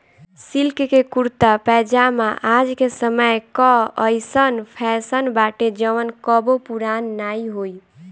silk के kurta pyjama आज के समय कअ अइसन फैशन बाटे जवन कबो पुरान नाइ होई